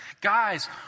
Guys